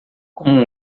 como